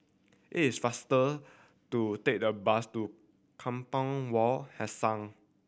it's faster to take the bus to Kampong Wak Hassan